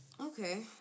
Okay